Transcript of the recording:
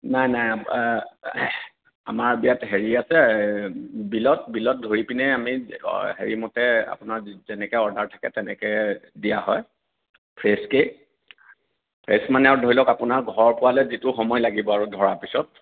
নাই নাই আমাৰ ইয়াত হেৰি আছে বিলত বিলত ধৰি পেলাই আমি হেৰি মতে আপোনাৰ যেনেকৈ অৰ্ডাৰ থাকে তেনেকৈ দিয়া হয় ফ্ৰেছকৈ ফ্ৰেছ মানে ধৰি লওক আপোনাৰ ঘৰ পোৱালে যিটো সময় লাগিব আৰু ধৰাৰ পিছত